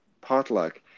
potluck